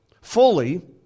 fully